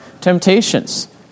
temptations